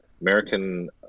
American